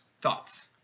Thoughts